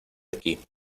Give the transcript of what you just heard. aquí